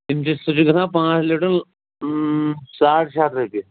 تِم چھِ سُہ چھِ گژھان پانٛژھ لیٖٹر ساڑ شےٚ ہتھ رۄپیہِ